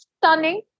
stunning